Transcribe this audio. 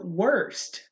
worst